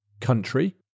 country